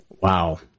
Wow